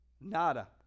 Nada